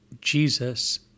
Jesus